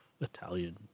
italian